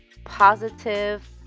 positive